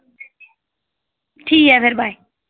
ठीक ऐ फिर बाय